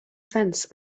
fence